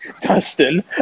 Dustin